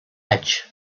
edge